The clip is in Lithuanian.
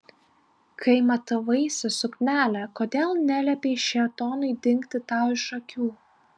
kai matavaisi suknelę kodėl neliepei šėtonui dingti tau iš akių